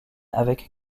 avec